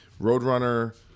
Roadrunner